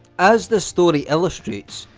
as this story illustrates,